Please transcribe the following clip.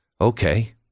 okay